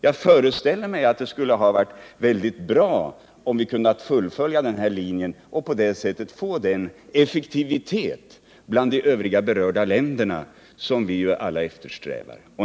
Jag föreställer mig att det skulle ha varit väldigt bra, om vi hade kunnat fullfölja den linjen och på det sättet kunnat få den effektivitet hos de övriga berörda länderna som vi ju alla eftersträvar.